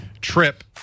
trip